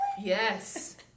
yes